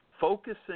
focusing